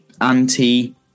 anti